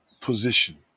position